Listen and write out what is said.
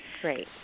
Great